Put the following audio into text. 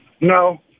No